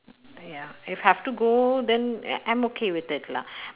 !aiya! if have to go then I'm okay with it lah